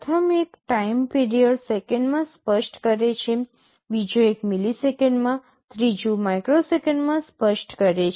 પ્રથમ એક time period સેકંડમાં સ્પષ્ટ કરે છે બીજો એક મિલિસેકન્ડમાં ત્રીજું માઇક્રોસેકન્ડમાં સ્પષ્ટ કરે છે